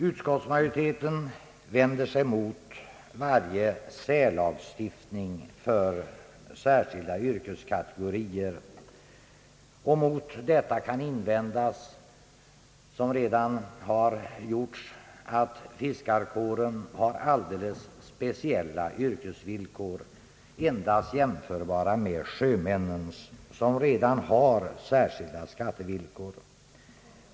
Utskottsmajoriteten vänder sig mot varje särlagstiftning för särskilda yrkeskategorier. Mot detta kan invändas, som redan skett, att fiskarkåren har alldeles speciella yrkesvillkor, endast jämförbara med sjömännens, och sjömännen har redan särskilda skattevillkor.